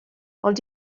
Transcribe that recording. ond